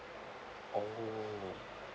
oh